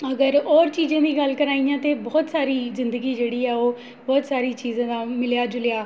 अगर होर चीजें दी गल्ल करां इ'यां ते बहुत सारी जिंदगी जेह्ड़ी ऐ बहुत सारी चीजें दा मिलेआ जुलेआ